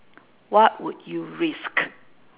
what would you risk